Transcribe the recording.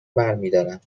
برمیدارم